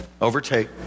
overtake